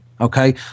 Okay